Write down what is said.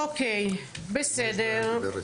אוקיי, בסדר,